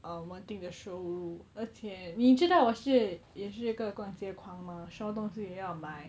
um 稳定的收入而且你知道我是也是一个逛街狂 mah 什么东西也要买